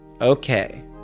Okay